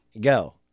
Go